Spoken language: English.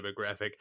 demographic